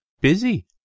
busy